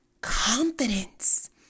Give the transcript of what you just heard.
confidence